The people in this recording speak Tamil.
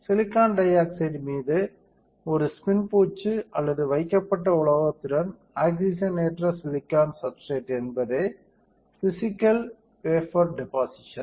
சிலிக்கான் டை ஆக்சைடு மீது ஒரு ஸ்பின் பூச்சு அல்லது வைக்கப்பட்ட உலோகத்துடன் ஆக்ஸிஜனேற்ற சிலிக்கான் சப்ஸ்டிரேட் என்பதே பிஸிக்கல் வைபோற் டெபொசிஷன்